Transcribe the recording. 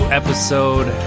episode